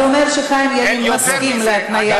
זה אומר שחבר הכנסת ילין מסכים להתניה,